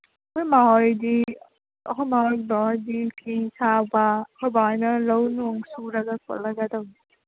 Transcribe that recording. ꯑꯩꯈꯣꯏ ꯃꯥ ꯍꯣꯏꯗꯤ ꯑꯩꯈꯣꯏ ꯃꯥ ꯍꯣꯏ ꯕꯕꯥ ꯍꯣꯏꯗꯤ ꯐꯤ ꯁꯥꯕ ꯑꯩꯈꯣꯏ ꯕꯥ ꯍꯣꯏꯅ ꯂꯧꯅꯨꯡ ꯁꯨꯔꯒ ꯈꯣꯠꯂꯒ ꯇꯧꯏ